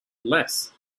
less